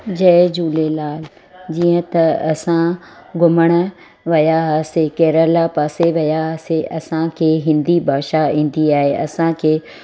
जय झूलेलाल जीअं त असां घुमणु विया हुआसीं केरल पासे विया हुआसीं असांखे हिंदी भाषा ईंदी आहे असांखे